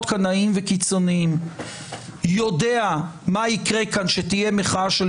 קנאיים וקיצוניים יודע מה יקרה כאן כשתהיה מחאה של